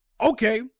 okay